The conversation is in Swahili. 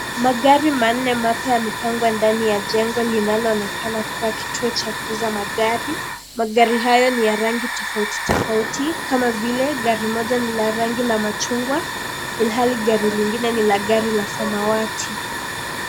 Magari manne mapya yamepangwa ndani ya jengo linalo onekana kuwa kituo cha kuuza magari. Magari hayo ni ya rangi totauti tofauti Kama vile, gari moja ni la rangi la machungwa, ilhali gari lingine ni la gari la samawati.